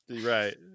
Right